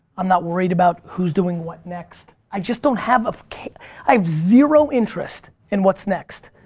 i'm not worried about who's doing what next. i just don't have a care, i have zero interest in what's next,